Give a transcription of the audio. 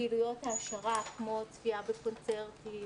פעילויות העשרה כמו צפייה בקונצרטים,